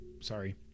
sorry